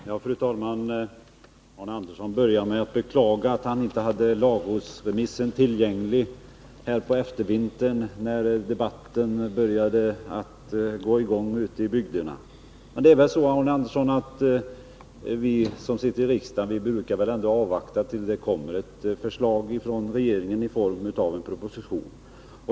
Fru talman! Arne Andersson i Ljung började med att beklaga att han inte hade lagrådsremissen tillgänglig på eftervintern när debatten började gå i gång ute i bygderna. Det är väl så, Arne Andersson, att vi som sitter i riksdagen brukar avvakta tills det kommer ett förslag från regeringen i form av en proposition.